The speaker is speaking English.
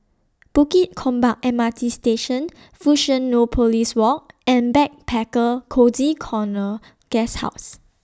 Bukit Gombak M R T Station Fusionopolis Walk and Backpacker Cozy Corner Guesthouse